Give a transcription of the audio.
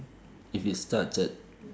if it starts at